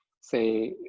say